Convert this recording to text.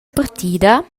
partida